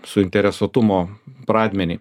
suinteresuotumo pradmenį